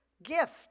Gift